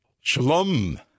Shalom